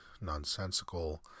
nonsensical